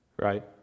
right